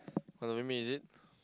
want to make me is it